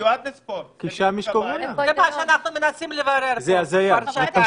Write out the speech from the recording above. זה מה שאנחנו מנסים לברר פה כבר שעתיים.